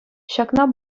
ҫакна